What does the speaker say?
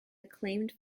acclaimed